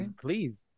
please